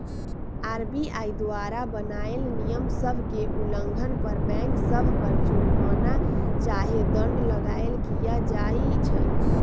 RBI द्वारा बनाएल नियम सभ के उल्लंघन पर बैंक सभ पर जुरमना चाहे दंड लगाएल किया जाइ छइ